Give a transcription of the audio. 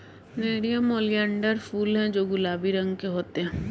nerium oleander फूल हैं जो गुलाबी रंग के होते हैं